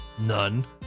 None